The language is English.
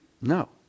No